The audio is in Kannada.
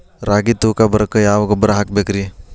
ರಾಗಿ ತೂಕ ಬರಕ್ಕ ಯಾವ ಗೊಬ್ಬರ ಹಾಕಬೇಕ್ರಿ?